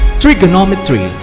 trigonometry